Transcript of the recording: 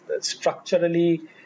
structurally